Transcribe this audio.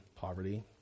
poverty